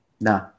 No